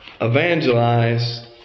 evangelize